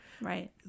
Right